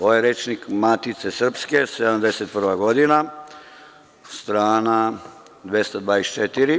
Ovo je Rečnik Matice srpske 1971. godina, strana 224.